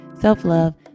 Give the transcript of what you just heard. self-love